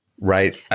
right